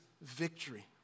victory